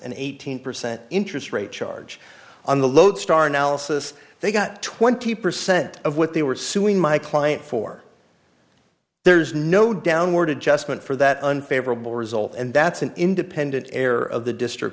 an eighteen percent interest rate charge on the lodestar analysis they got twenty percent of what they were suing my client for there's no downward adjustment for that unfavorable result and that's an independent error of the district